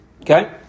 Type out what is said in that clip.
Okay